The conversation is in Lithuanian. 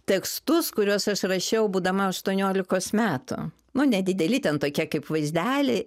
tekstus kuriuos aš rašiau būdama aštuoniolikos metų nu nedideli ten tokie kaip vaizdeliai